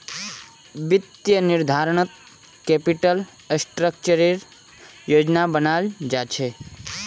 वित्तीय निर्धारणत कैपिटल स्ट्रक्चरेर योजना बनाल जा छेक